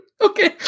okay